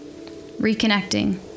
reconnecting